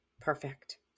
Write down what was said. perfect